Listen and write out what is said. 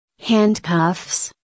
Handcuffs